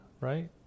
right